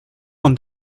and